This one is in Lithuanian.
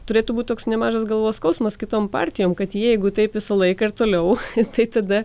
turėtų būti toks nemažas galvos skausmas kitom partijom kad jeigu taip visą laiką ir toliau tai tada